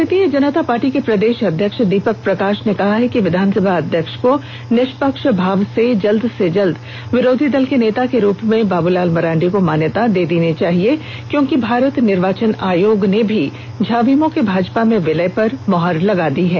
भारतीय जनता पार्टी के प्रदेश अध्यक्ष दीपक प्रकाश ने कहा है कि विधानसभा अध्यक्ष को निष्पक्ष भाव से जल्द से जल्द विरोधी दल के नेता के रुप में बाबूलाल मरांडी को मान्यता दे देनी चाहिए क्योंकि भारत निर्वाचन आयोग ने भी झाविमो के भाजपा में विलय पर मुहर लगा दी है